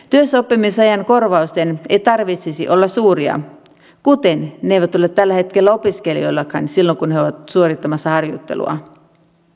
työssäoppimisajan korvausten ei tarvitsisi olla suuria kuten ne eivät ole tällä hetkellä opiskelijoillakaan silloin kun he ovat suorittamassa harjoittelua